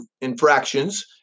infractions